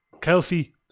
kelsey